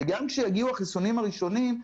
וגם כשיגיעו החיסונים הראשונים,